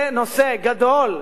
זה נושא גדול,